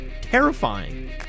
Terrifying